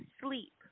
sleep